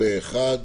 הצבעה אושר.